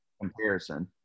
comparison